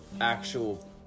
actual